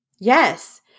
Yes